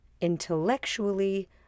intellectually